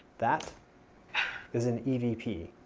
that is an evp.